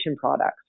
products